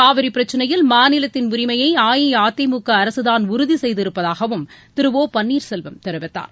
காவிரி பிரச்சனையில் மாநிலத்தின் உரிமையை அஇஅதிமுக அரசுதான் உறுதி செய்திருப்பதாகவும் திரு ஓ பன்னீர் செல்வம் தெரிவித்தார்